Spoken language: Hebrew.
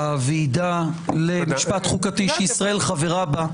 הוועידה למשפט חוקתי שישראל חברה בה,